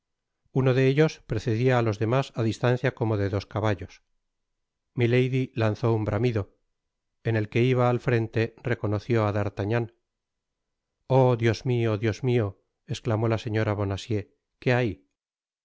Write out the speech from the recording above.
uno de ellos precedia á los demás á distancia como de dos caballos milady lanzó un bramido en el que iba al frenth reconoció á d'artagnan oh dios mio dios mio esclamó la señora bonacieux qué hay